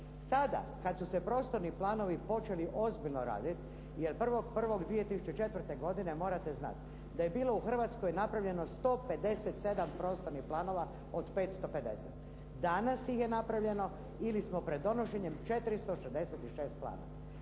Sada kad su se prostorni planovi počeli ozbiljno raditi i od 1.1.2004. godine morate znati da je bilo u Hrvatskoj napravljeno 157 prostornih planova od 550. Danas ih je napravljeno ili smo pred donošenjem 466 planova.